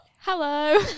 Hello